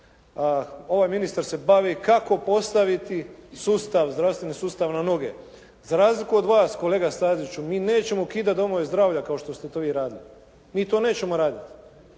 ovaj ministar se bavi kako postaviti sustav, zdravstveni sustav na noge za razliku od vas kolega Staziću. Mi nećemo ukidati domove zdravlja kao što ste to vi radili. Mi to nećemo raditi.